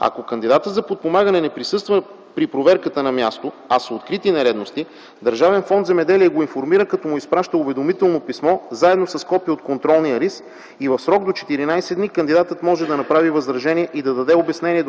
Ако кандидатът за подпомагане не присъства при проверката на място, а са открити нередности, Държавен фонд „Земеделие” го информира, като му изпраща уведомително писмо заедно с копие от контролния лист и в срок до 14 дни кандидатът може да направи възражение и да даде обяснение